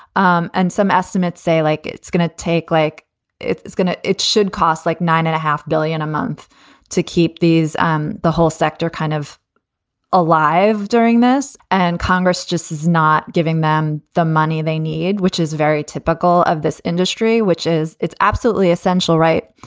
um and some estimates say, like it's going to take like it's it's going to it should cost like nine and a half billion a month to keep these um the whole sector kind of alive during this. and congress just is not giving them the money they need, which is very typical of this industry, which is it's absolutely essential. right,